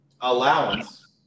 allowance